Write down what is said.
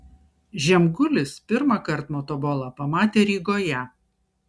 žemgulis pirmąkart motobolą pamatė rygoje